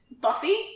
Buffy